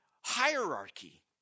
hierarchy